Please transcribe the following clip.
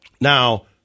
Now